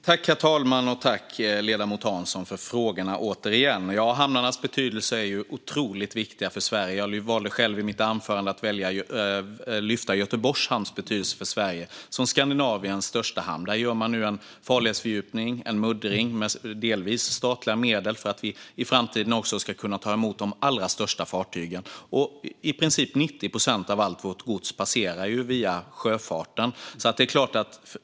Herr talman! Hamnarna har otroligt stor betydelse för Sverige. Jag valde själv att i mitt anförande lyfta fram betydelsen hos Göteborgs hamn, Skandinaviens största hamn, för Sverige. Där gör man nu en farledsfördjupning och muddring, delvis med statliga medel, för att vi i framtiden också ska kunna ta emot de allra största fartygen. I princip 90 procent av allt vårt gods kommer via sjöfarten.